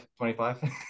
25